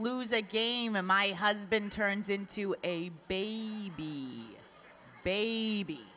lose a game and my husband turns into a baby baby